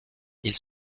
ils